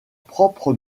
propre